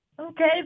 Okay